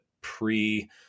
pre